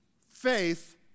Faith